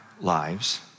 lives